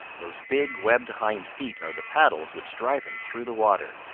those big, webbed hind feet are the paddles which drive him through the water.